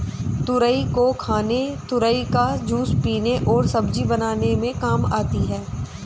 तुरई को खाने तुरई का जूस पीने और सब्जी बनाने में काम आती है